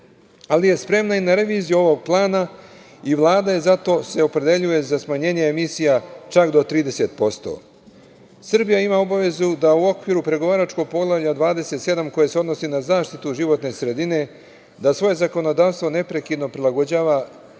ali je spremna i na reviziju ovog plana i Vlada se zato opredeljuje za smanjenje emisija čak do 30%.Srbija ima obavezu da u okviru pregovaračkog Poglavlja 27 koje se odnosi na zaštitu životne sredine svoje zakonodavstvo neprekidno prilagođava